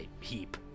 heap